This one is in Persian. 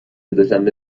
دوشنبه